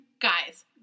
Guys